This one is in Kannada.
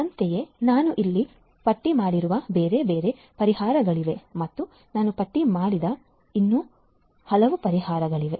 ಅಂತೆಯೇ ನಾನು ಇಲ್ಲಿ ಪಟ್ಟಿ ಮಾಡಿರುವ ಬೇರೆ ಬೇರೆ ಪರಿಹಾರಗಳಿವೆ ಮತ್ತು ನಾನು ಪಟ್ಟಿ ಮಾಡದ ಇನ್ನೂ ಹಲವು ಪರಿಹಾರಗಳಿವೆ